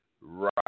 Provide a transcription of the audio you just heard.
right